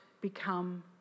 become